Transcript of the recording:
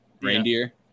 Reindeer